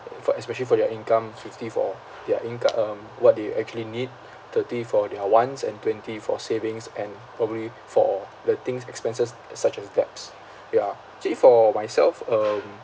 for especially for their income fifty for their inco~ um what they actually need thirty for their wants and twenty for savings and probably for the things expenses such as debts ya actually for myself um